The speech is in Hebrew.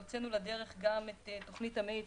הוצאנו לדרך את תוכנית המאיץ,